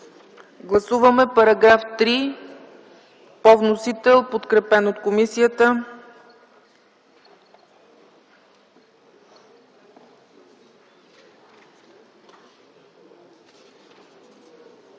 Гласуваме § 3 по вносител, подкрепен от комисията.